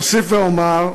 אוסיף ואומר,